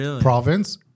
province